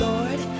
Lord